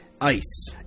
Ice